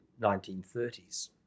1930s